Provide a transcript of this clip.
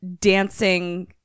dancing